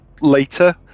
later